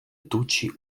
тучи